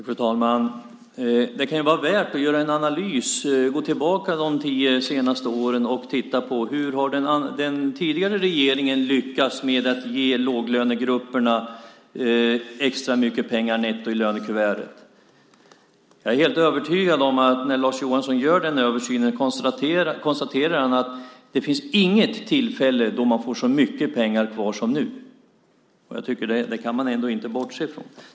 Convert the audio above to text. Fru talman! Det kan vara värt att göra en analys och gå tillbaka under de tio senaste åren och titta på hur den tidigare regeringen har lyckats med att ge låglönegrupperna extra mycket pengar netto i lönekuvertet. Jag är helt övertygad om att när Lars Johansson gör denna översyn kommer han att konstatera att man inte vid något tillfälle har fått så mycket pengar kvar som nu. Detta kan man ändå inte bortse från.